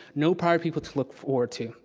no prior people to look forward to,